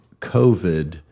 COVID